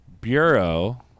Bureau